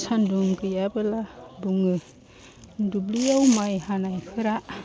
सान्दुं गैयाब्ला बुङो दुब्लियाव माइ हानायफोरा